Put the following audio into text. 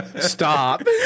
Stop